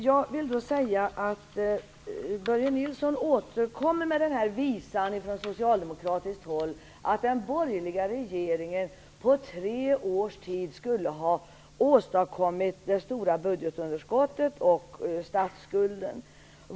Börje Nilsson återkom med den gamla visan - den har vi hört många gånger från socialdemokratiskt håll - att den borgerliga regeringen på tre års tid skulle ha åstadkommit det stora budgetunderskottet och statsskulden.